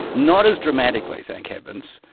not as dramatically thank heavens,